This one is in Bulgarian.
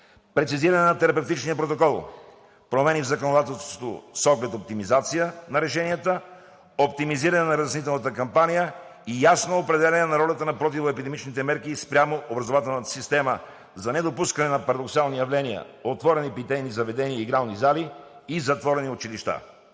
прецизиране на терапевтичния протокол; промени в законодателството с оглед оптимизация на решенията; оптимизиране на разяснителната кампания и ясно определяне на ролята на противоепидемичните мерки спрямо образователната система за недопускане на парадоксални явления – отворени питейни заведения и игрални зали и затворени училища.